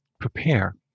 prepare